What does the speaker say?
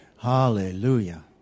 Hallelujah